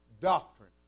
doctrine